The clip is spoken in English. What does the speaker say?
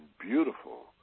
beautiful